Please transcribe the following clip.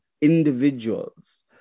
individuals